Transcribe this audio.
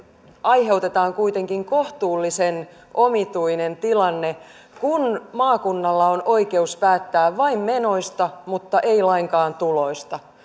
aiheutetaan kuitenkin kohtuullisen omituinen tilanne kun maakunnalla on oikeus päättää vain menoista mutta ei lainkaan tuloista